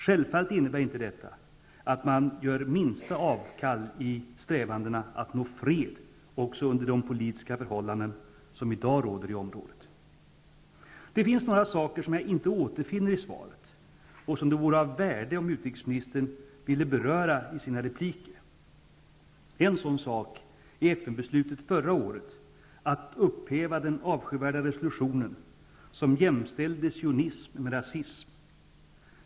Självfallet innebär inte detta att man gör det minsta avkall på strävandena att nå fred också under de politiska förhållanden som i dag råder i området. Det är några saker som jag inte återfinner i svaret och som det vore av värde om utrikesministern ville beröra i sina repliker. En sådan sak är FN-beslutet förra året att upphäva den avskyvärda resolution som jämställde sionism med rasism.